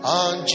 on